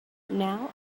now